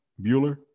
Bueller